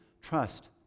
trust